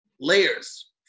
layers